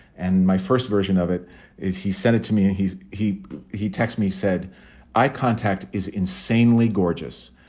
and my first version of it is he sent it to me and he he he text me, said eye contact is insanely gorgeous.